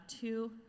two